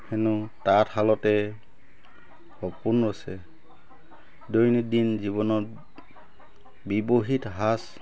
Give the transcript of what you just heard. হেনো তাঁতশালতে সপোন ৰচে দৈনন্দিন জীৱনত ব্যৱহৃত সাজ